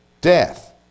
death